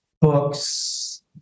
books